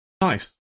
nice